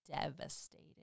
devastated